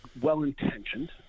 well-intentioned